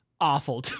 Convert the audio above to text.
awful